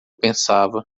pensava